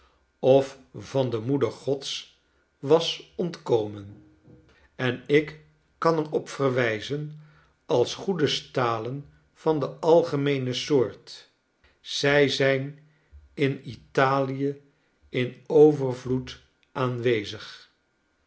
of van de moeder gods was ontkomen en ik kaner op verwijzen als goede stalen van de algemeene soort zij zijn in italie in overvloed